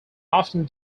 often